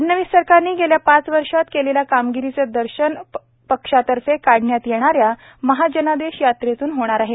फडणवीस सरकारनी गेल्या पाच वर्षात केलेल्या कामगिरीचं दर्शन पक्षातर्फे काढण्यात येणाऱ्या महाजनादेश यात्रेतून होणार आहे